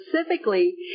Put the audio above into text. specifically